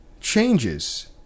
changes